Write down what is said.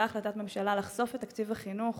החלטת ממשלה לחשוף את תקציב החינוך